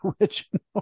original